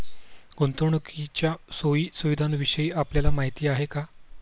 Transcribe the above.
गुंतवणुकीच्या सोयी सुविधांविषयी आपल्याला माहिती आहे का?